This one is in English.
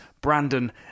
Brandon